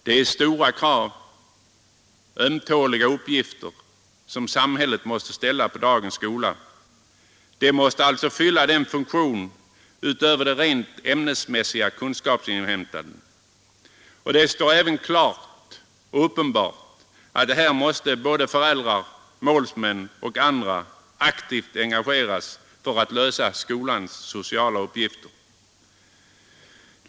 Det är stora krav — ömtåliga uppgifter — som samhället måste ställa på dagens skola. Den måste alltså fylla denna funktion utöver det rent ämnesmässiga kunskapsinhämtandet. Det är uppenbart att här måste föräldrar och andra aktivt engageras för att lösa skolans sociala uppgifter.